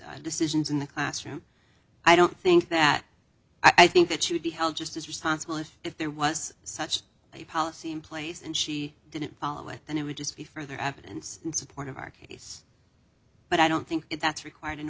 cunningham's decisions in the classroom i don't think that i think it should be held just as responsible if if there was such a policy in place and she didn't follow it then it would just be further evidence in support of our case but i don't think that that's required in